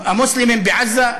המוסלמים בעזה,